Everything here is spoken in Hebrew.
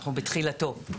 אנחנו בתחילתו,